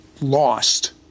lost